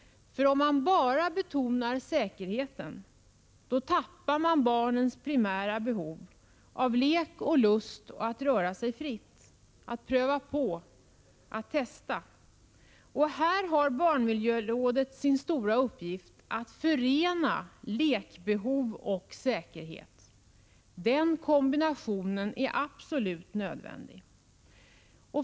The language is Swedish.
För om man bara betonar säkerheten, tappar man barnens primära behov av lek och lust och av att röra sig fritt, att pröva på, att testa. Här har barnmiljörådet sin stora uppgift: att förena lekbehov och säkerhet. Den kombinationen är absolut nödvändig.